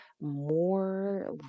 more